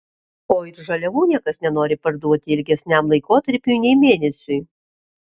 o ir žaliavų niekas nenori parduoti ilgesniam laikotarpiui nei mėnesiui